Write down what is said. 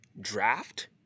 draft